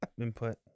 input